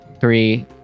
Three